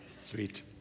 Sweet